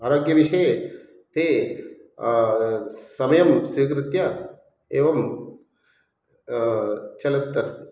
आरोग्यविषये ते समयं स्वीकृत्य एवं चलत् अस्ति